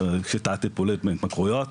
זו שיטה טיפולית בהתמכרויות,